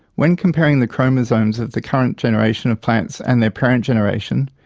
when comparing the chromosomes of the current generation of plants and their parent generation,